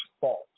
fault